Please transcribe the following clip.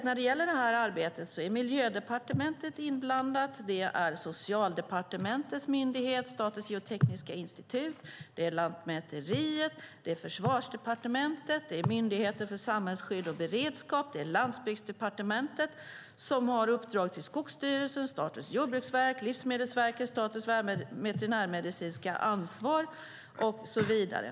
När det gäller det arbetet är Miljödepartementet inblandat liksom Socialdepartementets myndighet Statens geotekniska institut, Lantmäteriet, Försvarsdepartementet och Myndigheten för samhällsskydd och beredskap. Landsbygdsdepartementet har uppdragit arbetet åt Skogsstyrelsen, Jordbruksverket, Livsmedelsverket, Statens veterinärmedicinska anstalt och så vidare.